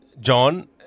John